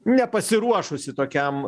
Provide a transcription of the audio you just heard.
nepasiruošusi tokiam